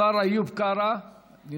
השר איוב קרא נמצא?